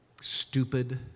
Stupid